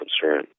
concern